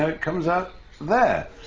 it comes out there.